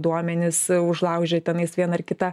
duomenys užlaužė tenais vieną ar kitą